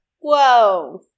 Whoa